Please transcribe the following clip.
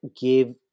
give